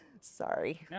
Sorry